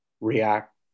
react